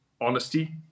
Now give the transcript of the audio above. honesty